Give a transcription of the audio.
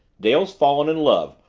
dale's fallen in love,